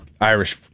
Irish